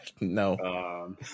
No